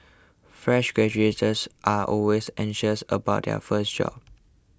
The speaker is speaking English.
fresh are always anxious about their first job